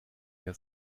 der